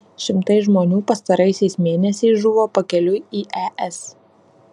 šimtai žmonių pastaraisiais mėnesiais žuvo pakeliui į es